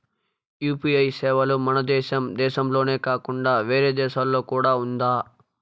UPI సేవలు మన దేశం దేశంలోనే కాకుండా వేరే దేశాల్లో కూడా ఉందా?